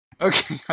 Okay